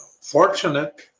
fortunate